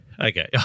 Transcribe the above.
Okay